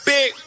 Big